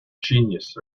genius